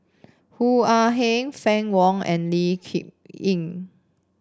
Hoo Ah Kay Fann Wong and Lee Kip Lin